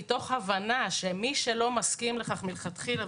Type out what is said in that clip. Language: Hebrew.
מתוך הבנה שמי שלא מסכים לכך מלכתחילה,